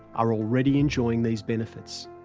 are already enjoying these benefits.